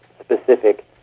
specific